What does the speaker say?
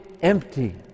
empty